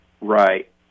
Right